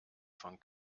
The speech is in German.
von